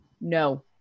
No